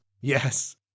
Yes